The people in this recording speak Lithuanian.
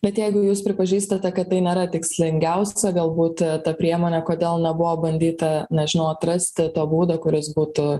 bet jeigu jūs pripažįstate kad tai nėra tikslingiausia galbūt ta priemonė kodėl nebuvo bandyta nežinau atrasti tą būdą kuris būtų